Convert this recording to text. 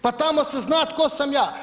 Pa tamo se zna tko sam ja.